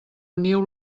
uniu